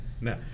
No